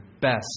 best